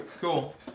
Cool